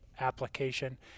application